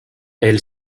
elle